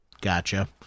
Gotcha